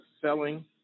selling